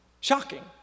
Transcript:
shocking